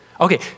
Okay